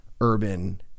urban